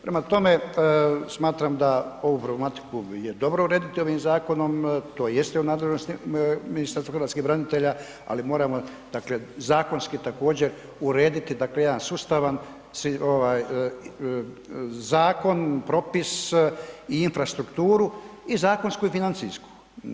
Prema tome, smatram da ovu problematiku je dobro urediti ovim zakonom, to jeste u nadležnosti Ministarstva hrvatskih branitelja, ali moramo, dakle, zakonski također urediti, dakle, jedan sustavan zakon, propis i infrastrukturu i zakonsku i financijsku.